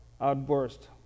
outburst